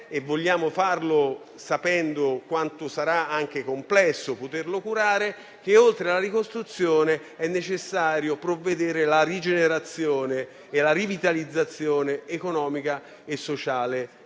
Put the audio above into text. e vogliamo farlo, sapendo quanto sarà anche complesso - che, oltre alla ricostruzione, è necessario provvedere alla rigenerazione e alla rivitalizzazione economica e sociale